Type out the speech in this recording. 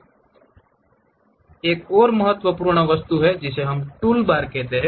और एक और महत्वपूर्ण वस्तु है जिसे हम टूलबार कहते हैं